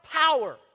power